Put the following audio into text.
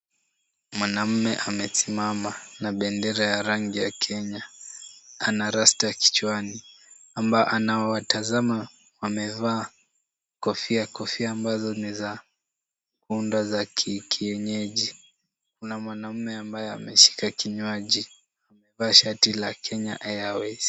Mwanamme amesimama na bendera rangi ya Kenya. Ana rasta kichwani ambao anawatazama wamevaa kofia ambazo ni za muundo wa kienyeji. Kuna mwanaume ambaye ameshika kinywaji, amevaa shati ya Kenya Airways.